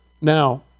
Now